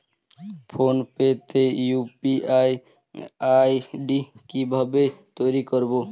Phone pay তে UPI ID কি ভাবে তৈরি করবো?